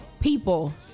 People